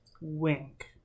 Wink